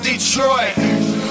Detroit